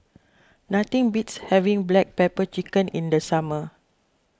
nothing beats having Black Pepper Chicken in the summer